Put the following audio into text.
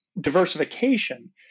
diversification